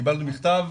קיבלנו מכתב,